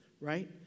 right